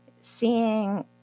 seeing